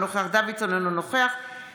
אינו נוכח קרן ברק,